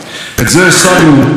לא על ידי ויתורים מסוכנים,